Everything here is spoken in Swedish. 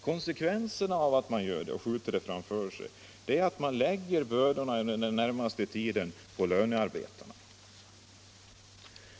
Konsekvenserna av att man skjuter problemen framför sig är att man den närmaste tiden lägger bördorna på lönearbetarna.